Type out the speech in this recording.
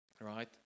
Right